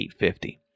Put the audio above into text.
850